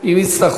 הם יכלו